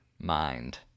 mind